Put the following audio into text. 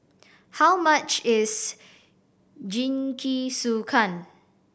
how much is Jingisukan